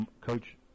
Coach